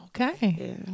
okay